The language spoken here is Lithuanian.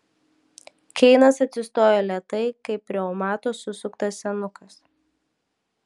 keinas atsistojo lėtai kaip reumato susuktas senukas